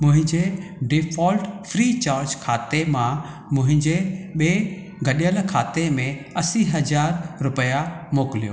मुंहिंजे default free charge खाते मां मुंहिंजे ॿिए ॻंढियलु खाते में असी हज़ार रुपिया मोकिलियो